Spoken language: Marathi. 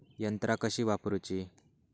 यंत्रा कशी वापरूची?